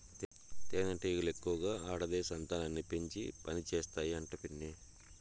తేనెటీగలు ఎక్కువగా ఆడదే సంతానాన్ని పెంచి పనిచేస్తాయి అంట పిన్ని